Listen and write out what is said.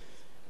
הדבר הנוסף,